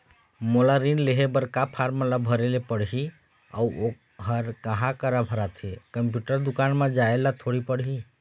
मोला ऋण लेहे बर का फार्म ला भरे ले पड़ही अऊ ओहर कहा करा भराथे, कंप्यूटर दुकान मा जाए ला थोड़ी पड़ही?